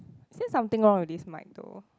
is it something wrong with this mic though